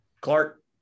Clark